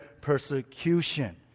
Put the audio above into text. persecution